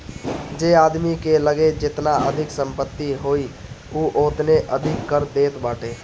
जे आदमी के लगे जेतना अधिका संपत्ति होई उ ओतने अधिका कर देत बाटे